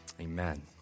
Amen